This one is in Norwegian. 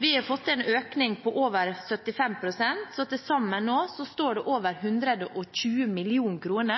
Vi har fått til en økning på over 75 pst. Til sammen står det nå over 120 mill. kr